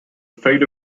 fate